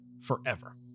forever